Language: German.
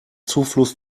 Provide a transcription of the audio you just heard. zufluss